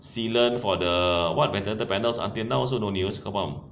silam for the what metal panels until now also don't give us kau faham